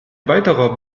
weiterer